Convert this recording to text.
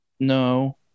No